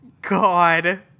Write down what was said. God